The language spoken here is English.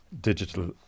digital